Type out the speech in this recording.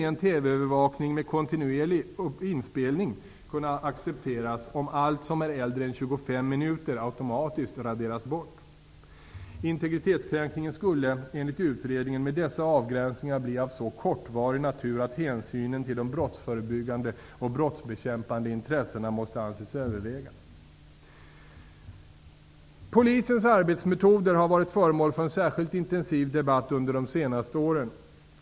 övervakning med kontinuerlig inspelning kunna accepteras om allt som är äldre än 25 minuter automatiskt raderas bort. Integritetskränkningen skulle, enligt utredningen, med dessa avgräsningar bli av så kortvarig natur att hänsynen till de brottsförebyggande och brottsbekämpande intressena måste anses överväga. Polisens arbetsmetoder har varit föremål för en särskilt intensiv debatt under de senaste åren.